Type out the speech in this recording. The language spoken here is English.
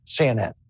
CNN